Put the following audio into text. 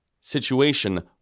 situation